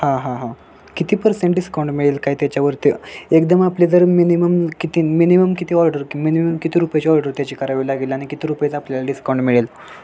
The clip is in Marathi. हां हां हां किती परसेंट डिस्काउंट मिळेल काय त्याच्यावरती एकदम आपले जर मिनिमम किती मिनिमम किती ऑर्डर कि मिनिमम किती रुपयाची ऑर्डर त्याची करावी लागेल आणि किती रुपयांचेआपल्याला डिस्काउंट मिळेल